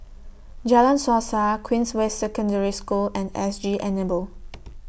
Jalan Suasa Queensway Secondary School and S G Enable